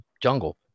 jungle